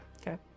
Okay